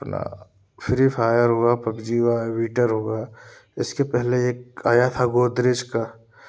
अपना free fire हुआ PUBG हुआ एवीटर हुआ इसके पहले एक आया था गोदरेज का